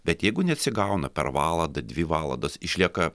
bet jeigu neatsigauna per valandą dvi valandas išlieka